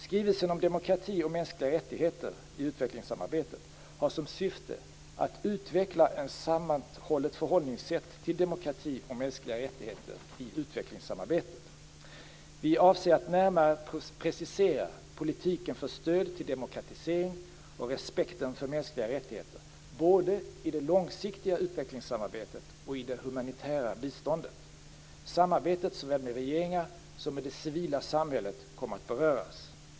Skrivelsen om demokrati och mänskliga rättigheter i utvecklingssamarbetet har som syfte att utveckla ett sammanhållet förhållningssätt till demokrati och mänskliga rättigheter i utvecklingssamarbetet. Vi avser att närmare precisera politiken för stöd till demokratisering och respekten för mänskliga rättigheter både i det långsiktiga utvecklingssamarbetet och i det humanitära biståndet. Samarbetet såväl med regeringar som med det civila samhället kommer att beröras.